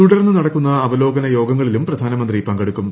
തുടർന്ന് നടക്കുന്ന അവലോകന യോഗങ്ങളിലും പ്രധാനമന്ത്രി പങ്കെടുക്കും